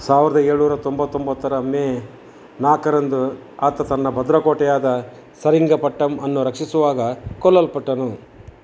ಸಾವಿರದ ಏಳುನೂರ ತೊಂಬತ್ತೊಂಬತ್ತರ ಮೇ ನಾಲ್ಕರಂದು ಆತ ತನ್ನ ಭದ್ರಕೋಟೆಯಾದ ಸೆರಿಂಗಪಟ್ಟಮನ್ನು ರಕ್ಷಿಸುವಾಗ ಕೊಲ್ಲಲ್ಪಟ್ಟನು